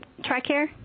TRICARE